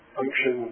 function